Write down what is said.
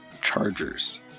Chargers